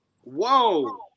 whoa